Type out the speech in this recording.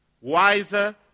Wiser